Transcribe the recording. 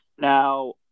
Now